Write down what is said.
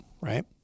right